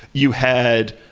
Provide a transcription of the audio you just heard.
you had